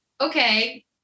Okay